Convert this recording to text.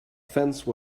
fence